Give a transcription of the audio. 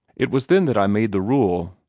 it was then that i made the rule.